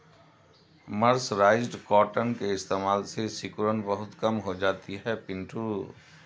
mercerised cotton के इस्तेमाल से सिकुड़न बहुत कम हो जाती है पिंटू